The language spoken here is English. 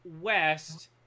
West